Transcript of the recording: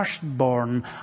firstborn